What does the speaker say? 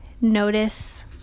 notice